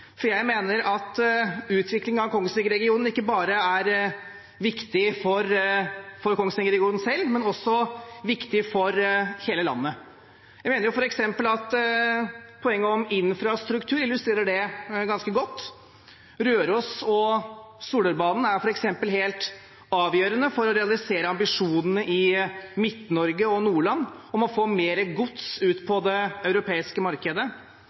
for jeg mener at utviklingen av Kongsvinger-regionen ikke bare er viktig for Kongsvinger-regionen selv, men den er også viktig for hele landet. Jeg mener f.eks. at poenget om infrastruktur illustrerer det ganske godt. Rørosbanen og Solørbanen er f.eks. helt avgjørende for å realisere ambisjonene i Midt-Norge og Nordland om å få mer gods til det europeiske markedet.